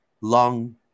long